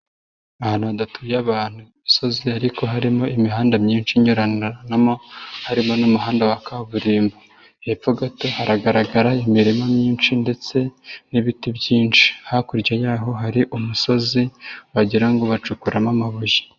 Ahantu hadatuye abantu, imisozi ariko harimo imihanda myinshi inyuranyuranamo, harimo n'umuhanda wa kaburimbo, hepfo gato haragaragara imirima myinshi ndetse n'ibiti byinshi, hakurya yaho hari umusozi, wagira ngo bacukuramo amabuye.